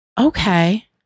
Okay